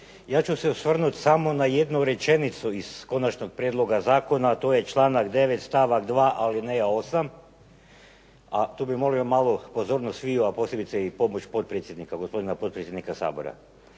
Ja ću se osvrnuti samo na jednu rečenicu iz konačnog prijedloga zakona. To je članak 9. stavak 2. alineja 8., a tu bih molio malo pozornost sviju, a posebice i pomoć potpredsjednika, gospodina potpredsjednika Sabora.